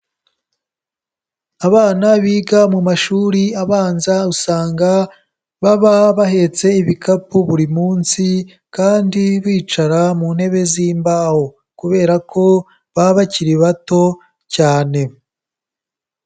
Abana biga mu mashuri abanza usanga baba bahetse ibikapu buri munsi kandi bicara mu ntebe z'imbaho kubera ko baba bakiri bato cyane.